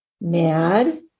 Mad